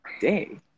day